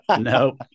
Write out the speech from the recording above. no